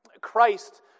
Christ